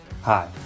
Hi